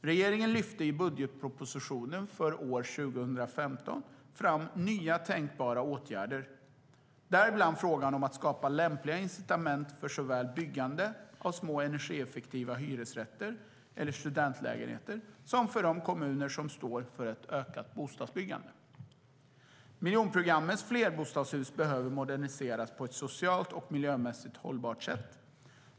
Regeringen lyfte i budgetpropositionen för år 2015 fram nya tänkbara åtgärder, däribland frågan om att skapa lämpliga incitament såväl för byggande av små energieffektiva hyresrätter eller studentlägenheter som för de kommuner som står för ett ökat bostadsbyggande. Miljonprogrammets flerbostadshus behöver moderniseras på ett socialt och miljömässigt hållbart sätt.